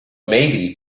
maybe